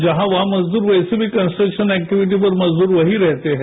जहां वहां मजदूर वैसे भी कन्सट्रक्शन एक्टिविटीज पर मजदूर वहीं रहते हैं